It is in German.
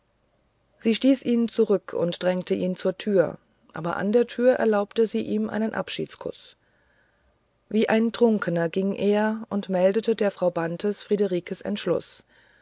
sie stieß ihn zurück und drängte ihn zur tür aber an der tür erlaubte sie ihm einen abschiedskuß wie ein trunkener ging er und meldete der frau bantes friederikens entschluß